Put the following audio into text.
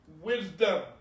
Wisdom